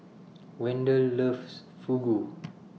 Wendel loves Fugu